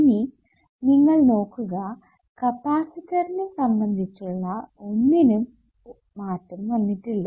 ഇനി നിങ്ങൾ നോക്കുക കപ്പാസിറ്ററിനെ സംബന്ധിച്ചുള്ള ഒന്നിനും മാറ്റം വന്നിട്ടില്ല